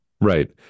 Right